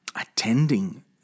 attending